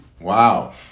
wow